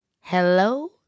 Hello